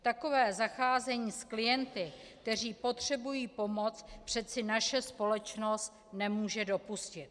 Takové zacházení s klienty, kteří potřebují pomoc, přece naše společnost nemůže dopustit.